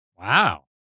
Wow